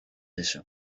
eso